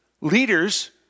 leaders